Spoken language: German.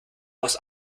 aus